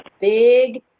big